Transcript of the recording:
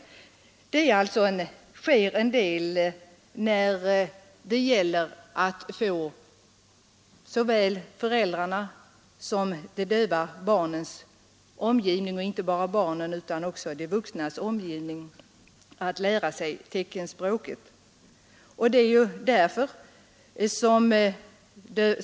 Det sker alltså en del när det gäller att få såväl föräldrarna som de döva barnens och även de döva vuxnas omgivning att lära sig teckenspråket.